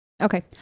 okay